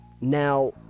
Now